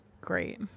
great